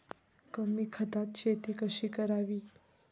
कमी खतात शेती कशी करावी?